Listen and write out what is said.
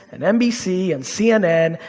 and nbc, and cnn,